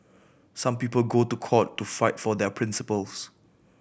some people go to court to fight for their principles